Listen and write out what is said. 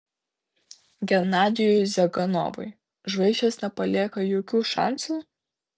genadijui ziuganovui žvaigždės nepalieka jokių šansų